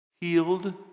healed